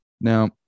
now